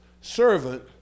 servant